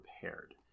prepared